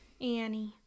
Annie